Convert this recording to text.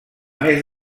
més